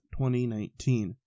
2019